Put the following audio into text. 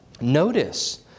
notice